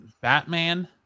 Batman